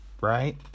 right